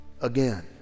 again